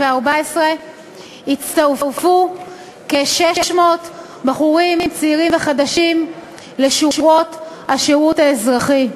יצטרפו כ-600 בחורים צעירים וחדשים לשורות השירות האזרחי.